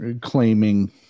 claiming